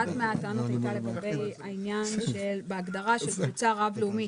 אחת מהטענות היתה לגבי ההגדרה של קבוצה רב לאומית,